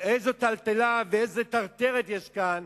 איזו טלטלה ואיזו טרטרת יש כאן